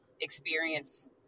experience